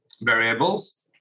variables